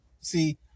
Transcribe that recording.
See